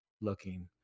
looking